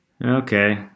Okay